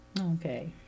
Okay